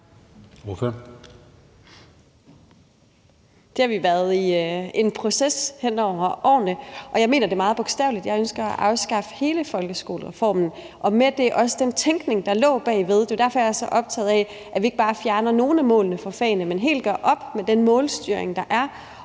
Det har vi været i en proces hen imod hen over årene, og jeg mener det meget bogstaveligt. Jeg ønsker at afskaffe hele folkeskolereformen og sammen med den også den tænkning, der lå bagved. Det er jo derfor, jeg er så optaget af, at vi ikke bare fjerner nogle af målene for fagene, men at vi også gør helt op med den målstyring, der er,